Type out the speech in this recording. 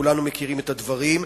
וכולנו מכירים את הדברים,